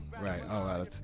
Right